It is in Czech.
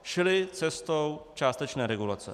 Šli cestou částečné regulace.